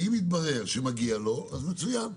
ואם יתברר שמגיע לו, אז מצוין.